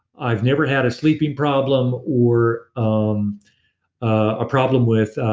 i've never had a sleeping problem or um a problem with